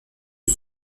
aux